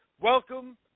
Welcome